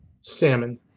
Salmon